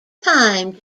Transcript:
time